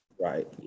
Right